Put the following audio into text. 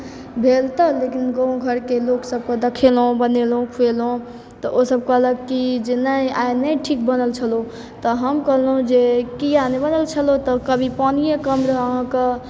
भेल तऽ लेकिन गाँव घरके लोक सबके देखेलहुँ बनेलहुँ खुएलहुँ तऽ ओ सब कहलक की जे नहि आइ नहि ठीक बनल छलौ तऽ हम कहलहुँ जे किया नहि बनल छलौ तऽ कभी पानिये कम रहै अहाँके